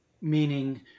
meaning